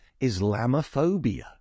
islamophobia